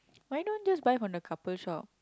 why don't just buy from the couple shop